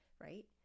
right